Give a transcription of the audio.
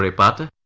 but